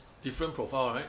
different profile right